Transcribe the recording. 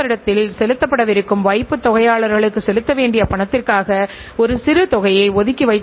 பின்னர் செயல்திறனை உங்கள் இலாப நோக்கங்கள்செலவு நோக்கங்கள் முதலீட்டு நோக்கங்கள் ஆகியவற்றை அளவிடுவது ஆகும்